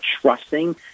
trusting